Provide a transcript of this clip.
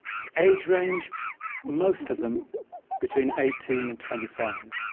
the age range most of them between eighteen and twenty five,